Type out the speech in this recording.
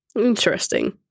Interesting